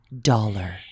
dollar